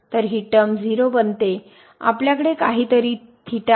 तर हि टर्म 0 बनते आपल्याकडे काहीतरी आहे